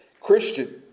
Christian